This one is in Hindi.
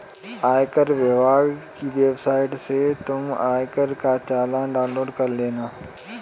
आयकर विभाग की वेबसाइट से तुम आयकर का चालान डाउनलोड कर लेना